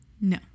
No